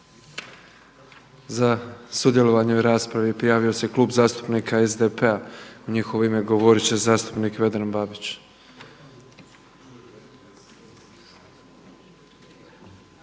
Za sudjelovanje u raspravi prijavo se Klub zastupnika SDP-a i u njihovo ime govorit će zastupnik Vedran Babić.